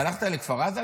הלכת לכפר עזה?